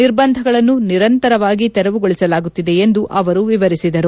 ನಿರ್ಬಂಧಗಳನ್ನು ನಿರಂತರವಾಗಿ ತೆರವುಗೊಳಿಸಲಾಗುತ್ತಿದೆ ಎಂದು ಅವರು ವಿವರಿಸಿದರು